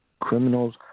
Criminals